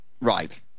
Right